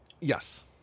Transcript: Yes